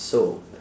so